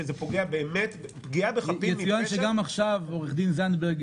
שזה פוגע פגיעה בחפים מפשע -- יצוין שגם עכשיו עו"ד זנדברג